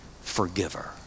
forgiver